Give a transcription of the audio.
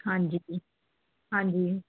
ਹਾਂਜੀ ਜੀ ਹਾਂਜੀ